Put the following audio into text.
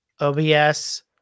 OBS